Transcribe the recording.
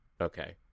okay